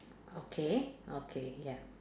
okay okay ya